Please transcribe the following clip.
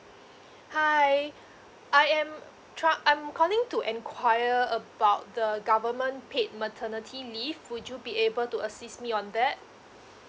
hi I am try I'm calling to enquire about the government paid maternity leave would you be able to assist me on that